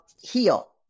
HEAL